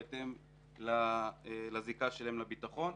בהתאם לזיקה שלהם לביטחון.